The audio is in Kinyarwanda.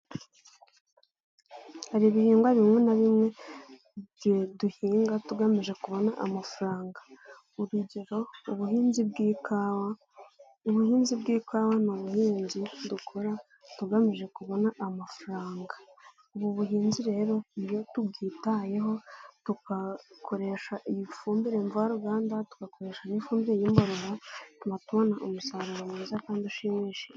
Hari ibihingwa bimwe na bimwe duhinga tugamije kubona amafaranga, urugero: ubuhinzi bw'ikawa, ubuhinzi bw'ikawa ni ubuhinzi dukora tugamije kubona amafaranga, ubu buhinzi rero iyo tubwitayeho tugakoresha ifumbire mva ruganda, tugakoresha ifumbire y'imborera tuba tubona umusaruro mwiza kandi ushimishije.